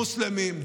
מוסלמים,